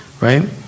Right